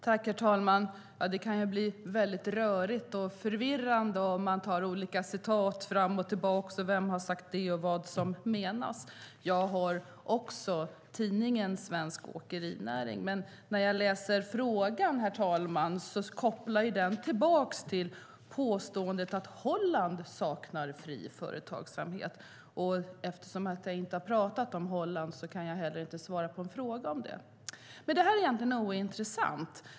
Herr talman! Det kan bli väldigt rörigt och förvirrande om man pratar om olika citat fram och tillbaka, vem som har sagt det och vad som menas. Jag har också Svensk Åkeritidning. Men frågan, herr talman, kopplar tillbaka till påståendet att Holland saknar fri företagsamhet. Eftersom jag inte har pratat om Holland kan jag heller inte svara på en fråga om det. Men det är egentligen ointressant.